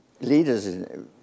leaders